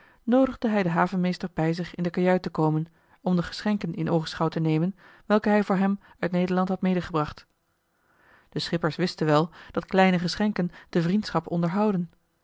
noodigde hij den havenmeester bij zich in de kajuit te komen om de geschenken in oogenschouw te nemen welke hij voor hem uit nederland had medegebracht de schippers wisten wel dat kleine geschenken de vriendschap onderhouden